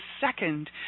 second